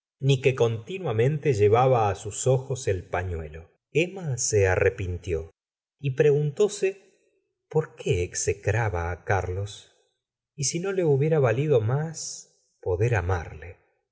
ni que continuamente llevaba á sus ojos el paemma se arrepintió y preguntóse por qué execraba á carlos y si no le hubiera valido más poder amarle